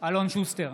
אלון שוסטר,